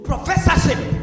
Professorship